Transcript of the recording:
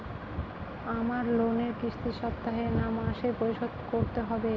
আমার লোনের কিস্তি সপ্তাহে না মাসে পরিশোধ করতে হবে?